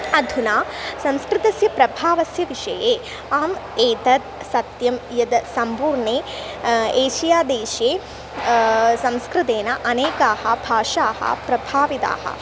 अधुना संस्कृतस्य प्रभावस्य विषये अहम् एतत् सत्यं यद् सम्पूर्णे एषियादेशे संस्कृतेन अनेकाः भाषाः प्रभाविताः